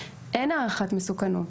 אין הערכת מסוכנות.